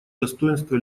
достоинства